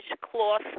cloth